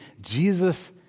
Jesus